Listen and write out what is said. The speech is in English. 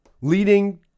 leading